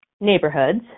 neighborhoods